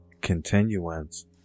continuance